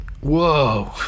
Whoa